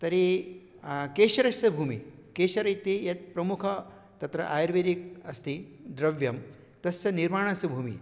तर्हि केशरस्य भूमिः केशरिति यत् प्रमुखं तत्र आयुर्वेदे अस्ति द्रव्यं तस्य निर्माणस्य भूमिः